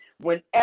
Whenever